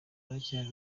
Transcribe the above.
ruracyari